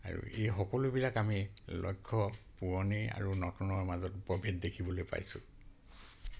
আৰু এই সকলোবিলাক আমি লক্ষ্য পুৰণি আৰু নতুনৰ মাজত প্ৰভেদ দেখিবলৈ পাইছোঁ